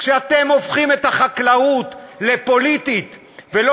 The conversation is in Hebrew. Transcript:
כשאתם הופכים את החקלאות לפוליטית ולא